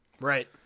right